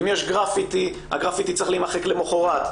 אם יש גרפיטי, הגרפיטי צריך להימחק למוחרת.